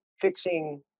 fixing